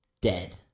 dead